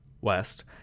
West